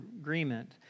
agreement